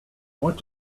what